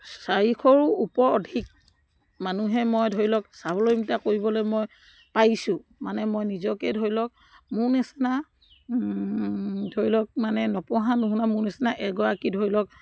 চাৰিশৰো ওপৰৰ অধিক মানুহে মই ধৰি লওক স্বাৱলম্বিতা কৰিবলৈ মই পাইছোঁ মানে মই নিজকে ধৰি লওক মোৰ নিচিনা ধৰি লওক মানে নপঢ়া নুশুনা মোৰ নিচিনা এগৰাকী ধৰি লওক